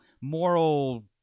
moral